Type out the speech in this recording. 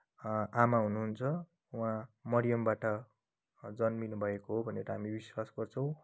आमा हुनुहुन्छ उहाँ मरियमबाट जन्मिनु भएको हो भनेर हामी विश्वास गर्छौँ